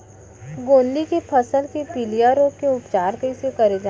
गोंदली के फसल के पिलिया रोग के उपचार कइसे करे जाये?